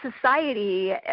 society